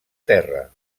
terra